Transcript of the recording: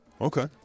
Okay